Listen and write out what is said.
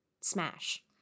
smash